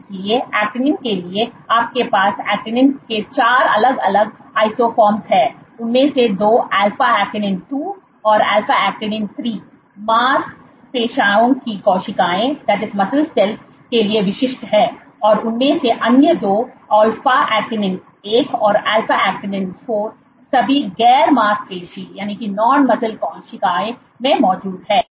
इसलिए ऐक्टिनिन के लिए आपके पास ऐक्टिनिन के 4 अलग अलग आइसोफॉर्म हैं उनमें से दो अल्फा ऐक्टिनिन 2 और अल्फा ऐक्टिनिन 3 मांसपेशियों की कोशिकाओं के लिए विशिष्ट हैं और उनमें से अन्य दो अल्फा ऐक्टिनिन 1 और अल्फा ऐक्टिनिन 4 सभी गैर मांसपेशी कोशिकाओं में मौजूद हैं